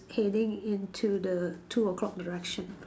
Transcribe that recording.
heading into the two O-clock direction